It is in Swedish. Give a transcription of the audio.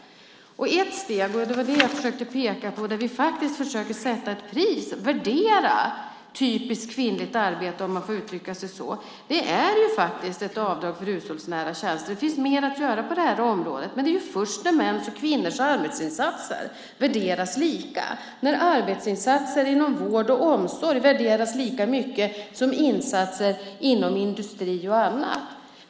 Jag försökte peka på ett steg mot detta, där vi faktiskt försöker sätta ett pris på och värdera typiskt kvinnligt arbete, om man får uttrycka sig så. Det handlar om ett avdrag för hushållsnära tjänster. Det finns mer att göra på det området, men det är först när mäns och kvinnors arbetsinsatser värderas lika och när arbetsinsatser inom vård och omsorg värderas lika mycket som insatser inom industri och annat som det händer något.